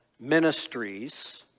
ministries